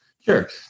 Sure